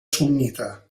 sunnita